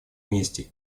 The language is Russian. вместе